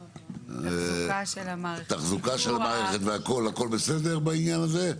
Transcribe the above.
תחזוקה של מערכת, הכול בסדר בעניין הזה?